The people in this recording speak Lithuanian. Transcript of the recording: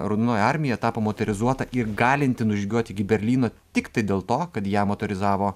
raudonoji armija tapo moterizuota ir galinti nužygiuot iki berlyno tiktai dėl to kad ją motorizavo